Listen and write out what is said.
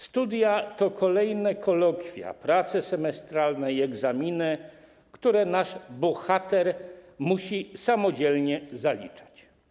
Studia to kolejne kolokwia, prace semestralne i egzaminy, które nasz bohater musi samodzielnie zaliczyć.